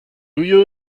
you